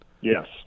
Yes